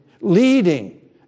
leading